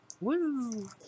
Woo